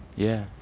yeah.